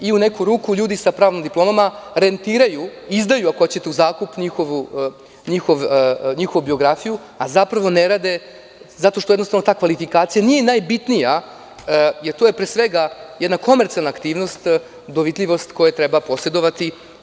U neku ruku, ljudi sa pravnim diplomama rentiraju, izdaju, ako hoćete, u zakup njihovu biografiju, a zapravo ne rade zato što takva kvalifikacija nije najbitnija, jer to je pre svega jedna komercijalna aktivnost, dovitljivost koje treba posedovati.